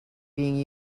being